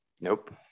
nope